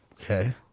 okay